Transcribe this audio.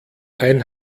ein